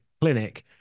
clinic